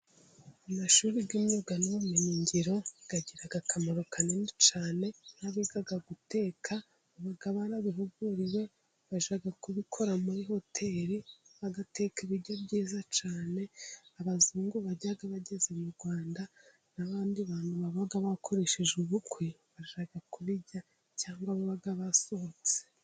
Amashuri y'imyuga n'ubumenyin ngiro， agira akamaro kanini cyane，n'abiga guteka，baba barabihuguriwe，bashaka kubikora muri hoteri，bagateka ibiryo byiza cyane. Abazungu bajya bageze mu Rwanda，n'abandi bantu baba bakoresheje ubukwe，bashaka kubirya cyangwa baba basohotse.